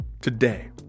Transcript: Today